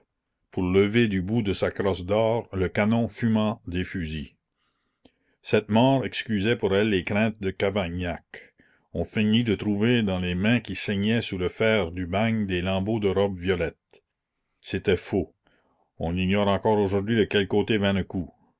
pour lever du bout de sa crosse d'or le canon fumant des fusils cette mort excusait pour elle les craintes de cavaignac on feignit de trouver dans les mains qui saignaient sous le fer du bagne des lambeaux de robe violette c'était faux on ignore encore aujourd'hui de quel côté vint le coup